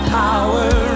power